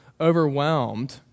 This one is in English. overwhelmed